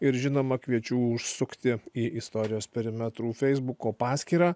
ir žinoma kviečiu užsukti į istorijos perimetrų feisbuko paskyrą